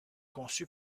conçu